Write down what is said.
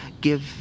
give